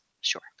Sure